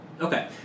Okay